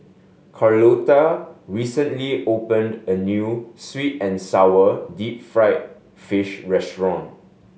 Carlotta recently opened a new sweet and sour deep fried fish restaurant